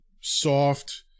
soft